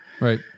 Right